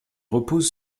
repose